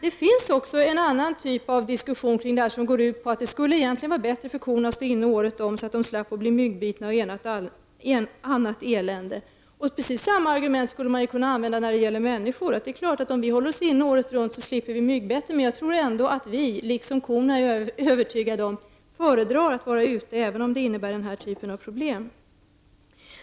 Det finns också en annan typ av diskussion som går ut på att det egentligen skulle vara bättre för korna att stå inne året om. Då skulle de slippa att bli myggbitna och att råka ut för annat elände. Man skulle kunna använda precis samma argument när det gäller människor. Det är klart att om vi håller oss inne året runt, slipper vi myggbetten. Jag är ändå övertygad om att vi människor, liksom korna, föredrar att vara ute även om det innebär en del problem.